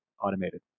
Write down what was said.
automated